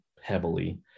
heavily